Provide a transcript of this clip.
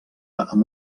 amb